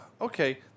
okay